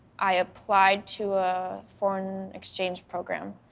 i applied to a foreign exchange program,